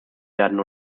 werden